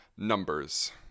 numbers